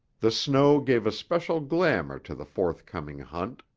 the snow gave a special glamour to the forthcoming hunt,